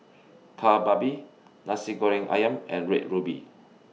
Kari Babi Nasi Goreng Ayam and Red Ruby